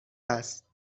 است